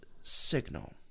signal